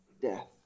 death